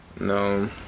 no